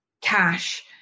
cash